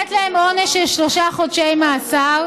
ולתת להם עונש של שלושה חודשי מאסר.